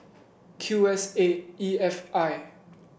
Q S eight E F I